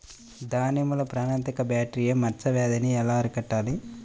దానిమ్మలో ప్రాణాంతక బ్యాక్టీరియా మచ్చ వ్యాధినీ ఎలా అరికట్టాలి?